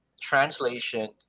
translation